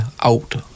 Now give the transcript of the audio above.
out